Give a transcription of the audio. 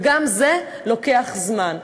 וגם זה לוקח זמן.